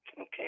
Okay